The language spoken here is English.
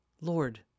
Lord